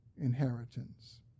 inheritance